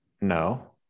No